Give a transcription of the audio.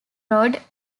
road